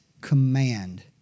command